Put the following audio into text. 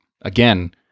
again